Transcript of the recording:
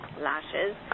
lashes